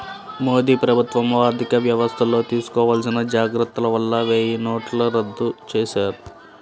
మోదీ ప్రభుత్వంలో ఆర్ధికవ్యవస్థల్లో తీసుకోవాల్సిన జాగర్తల వల్ల వెయ్యినోట్లను రద్దు చేశారు